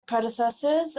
predecessors